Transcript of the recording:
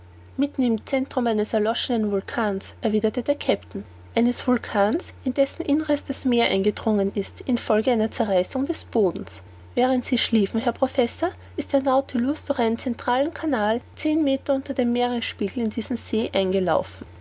mitten im centrum eines erloschenen vulkans erwiderte mir der kapitän eines vulkans in dessen inneres das meer eingedrungen ist in folge einer zerreißung des bodens während sie schliefen herr professor ist der nautilus durch einen natürlichen canal zehn meter unter dem meeresspiegel in diesen see eingelaufen